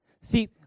See